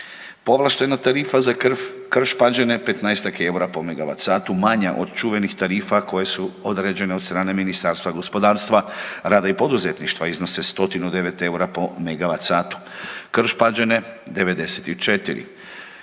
Povlaštena tarifa za Krš Paneđene 15-tak je EUR-a po megavat satu manja od čuvenih tarifa koje su određene od strane Ministarstva gospodarstva, rada i poduzetništva, iznose 109 EUR-a po megavat satu. Krš Pađene 94.